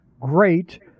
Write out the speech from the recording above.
great